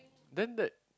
then that